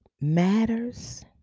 matters